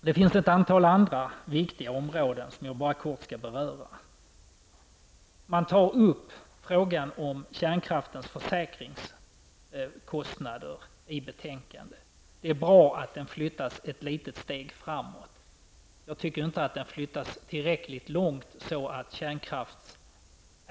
Det finns ett antal andra viktiga områden, som jag bara kort skall kommentera. I betänkandet tar man upp kärnkraftens försäkringskostnader. Det är bra att dessa flyttas ett litet steg framåt, men jag tycker inte att kostnaderna flyttas tillräckligt långt framåt.